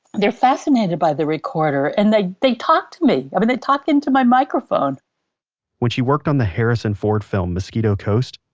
they're fascinated by the recorded and they they talk to me. um and they talk into my microphone when she worked on the harrison ford film mosquito coast,